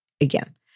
again